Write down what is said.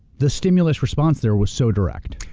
the stimulus response there was so direct.